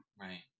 Right